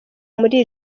muri